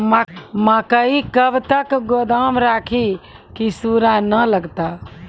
मकई कब तक गोदाम राखि की सूड़ा न लगता?